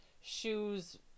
shoes